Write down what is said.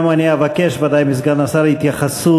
אני גם אבקש ודאי מסגן השר התייחסות,